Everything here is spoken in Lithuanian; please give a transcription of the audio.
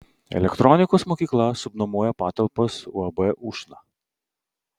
elektronikos mokykla subnuomoja patalpas uab ušna